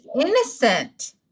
innocent